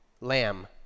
lamb